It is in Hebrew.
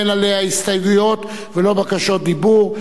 אין הסתייגויות ולא בקשות דיבור,